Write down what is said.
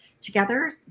together